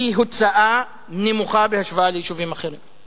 היא הוצאה נמוכה בהשוואה ליישובים אחרים,